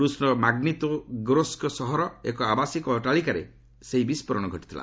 ରୁଷ୍ର ମାଗୁିତୋଗୋରସ୍କ ସହରର ଏକ ଆବାସିକ ଅଟ୍ଟାଳିକାରେ ଏହି ବିସ୍ଫୋରଣ ଘଟିଥିଲା